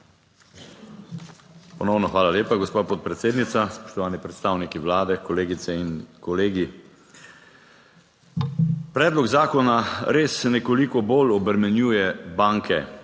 Ponovno. Hvala lepa, gospa podpredsednica. Spoštovani predstavniki Vlade, kolegice in kolegi! Predlog zakona res nekoliko bolj obremenjuje banke